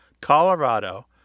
Colorado